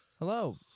Hello